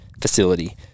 facility